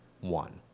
one